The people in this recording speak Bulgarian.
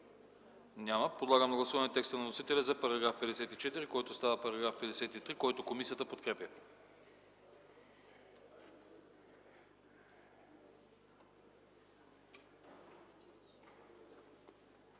Няма. Подлагам на гласуване текста на вносителя за § 37, който става § 36 и който комисията подкрепя.